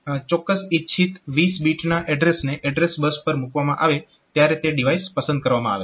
તો જ્યારે ચોક્કસ ઇચ્છિત 20 બીટના એડ્રેસને એડ્રેસ બસ પર મૂકવામાં આવે ત્યારે તે ડિવાઇસ પસંદ કરવામાં આવે છે